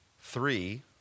Three